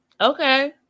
Okay